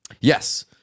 Yes